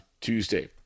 Tuesday